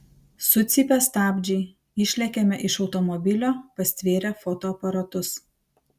sucypia stabdžiai išlekiame iš automobilio pastvėrę fotoaparatus